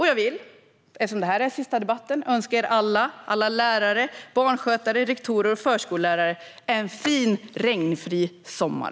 Jag vill, eftersom detta är den sista debatten, önska er och alla lärare, barnskötare, rektorer och förskollärare en fin och regnfri sommar.